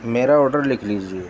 میرا آڈر لکھ لیجیے